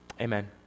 Amen